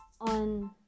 on